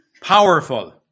powerful